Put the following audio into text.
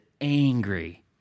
angry